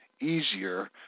easier